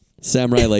Samurai